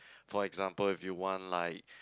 for example if you want like